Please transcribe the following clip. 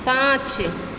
पाँच